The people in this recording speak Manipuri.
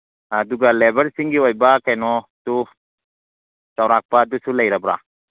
ꯑꯗꯨꯒ ꯂꯦꯕꯔꯁꯤꯡꯒꯤ ꯑꯣꯏꯕ ꯀꯩꯅꯣꯁꯨ ꯆꯧꯔꯥꯛꯄ ꯑꯗꯨꯁꯨ ꯂꯩꯔꯕ꯭ꯔꯥ